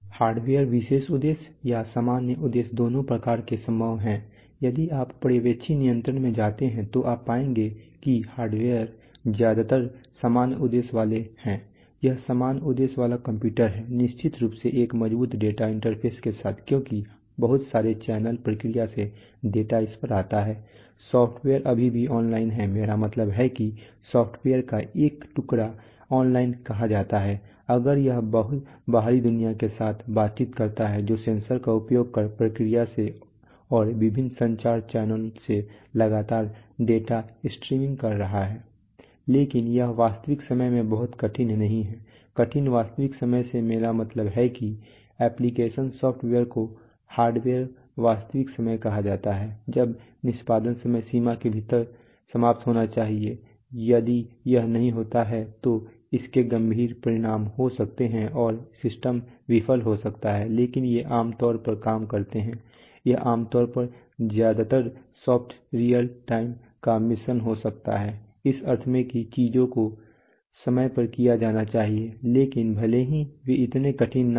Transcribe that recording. hardware विशेष उद्देश्य या सामान्य उद्देश्य दोनों प्रकार के संभव हैं यदि आप पर्यवेक्षी नियंत्रण में जाते हैं तो आप पाएंगे कि हार्डवेयर ज्यादातर सामान्य उद्देश्य वाला है यह सामान्य उद्देश्य वाला कंप्यूटर है निश्चित रूप से एक मजबूत डेटा इंटरफ़ेस के साथ क्योंकि बहुत सारे चैनल प्रक्रिया से डेटा इस पर आता है सॉफ्टवेयर अभी भी ऑनलाइन है मेरा मतलब है कि सॉफ्टवेयर का एक टुकड़ा ऑनलाइन कहा जाता है अगर यह बाहरी दुनिया के साथ बातचीत करता है जो सेंसर का उपयोग कर प्रक्रिया से और विभिन्न संचार चैनल से लगातार डाटा स्ट्रीमिंग कर रहा है लेकिन यह वास्तविक समय में बहुत कठिन नहीं है कठिन वास्तविक समय से मेरा मतलब है कि एप्लिकेशन सॉफ़्टवेयर को हार्डवेयर वास्तविक समय कहा जाता है जब निष्पादन समय सीमा के भीतर समाप्त होना चाहिए यदि यह नहीं होता है तो इसके गंभीर परिणाम हो सकते हैं और सिस्टम विफल हो सकता है लेकिन ये आम तौर पर काम करते हैं यह आम तौर पर ज्यादातर सॉफ्ट रियल टाइम का मिश्रण हो सकता है इस अर्थ में कि चीजों को समय पर किया जाना चाहिए लेकिन भले ही वे इतने कठिन न हों